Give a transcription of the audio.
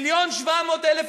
1.7 מיליון לא הציתו.